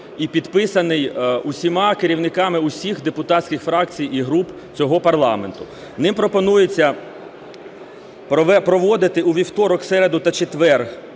і підписаний усіма керівниками всіх депутатських фракцій і груп цього парламенту. Ним пропонується проводити у вівторок, середу та четвер